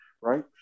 right